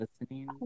listening